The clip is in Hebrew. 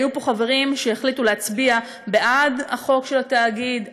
היו פה חברים שהחליטו להצביע בעד חוק התאגיד.